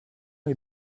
est